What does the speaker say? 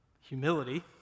humility